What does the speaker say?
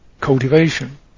cultivation